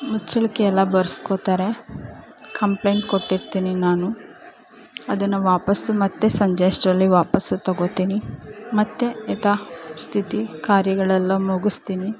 ಮುಚ್ಚಳಿಕೆ ಎಲ್ಲ ಬರೆಸ್ಕೋತಾರೆ ಕಂಪ್ಲೆಂಟ್ ಕೊಟ್ಟಿರ್ತೀನಿ ನಾನು ಅದನ್ನು ವಾಪಾಸ್ ಮತ್ತು ಸಂಜೆ ಅಷ್ಟರಲ್ಲಿ ವಾಪಾಸು ತಗೊತೀನಿ ಮತ್ತು ಯಥಾ ಸ್ಥಿತಿ ಕಾರ್ಯಗಳೆಲ್ಲ ಮುಗಿಸ್ತೀನಿ